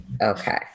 Okay